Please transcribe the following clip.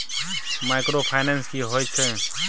Microfinance की होय छै?